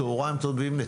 צהריים טובים.